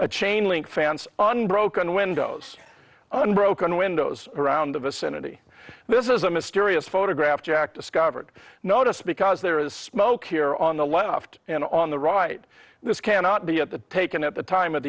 a chain link fence on broken windows and broken windows around the vicinity this is a mysterious photograph jack discovered notice because there is smoke here on the left and on the right this cannot be at the taken at the time of